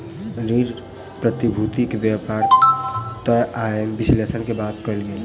ऋण प्रतिभूति के व्यापार तय आय विश्लेषण के बाद कयल गेल